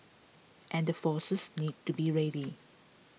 and the forces need to be ready